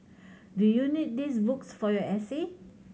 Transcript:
do you need these books for your essay